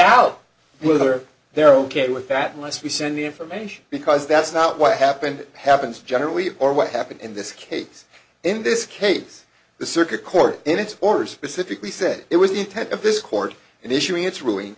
out whether they're ok with that unless we send the information because that's not what happened it happens generally or what happened in this case in this case the circuit court in its order specifically said it was the intent of this court in issuing its r